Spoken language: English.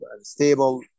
stable